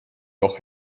noch